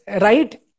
right